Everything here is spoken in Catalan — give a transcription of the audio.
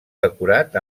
decorat